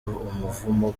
umuvumo